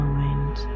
mind